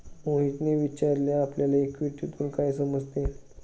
मोहितने विचारले आपल्याला इक्विटीतून काय समजते?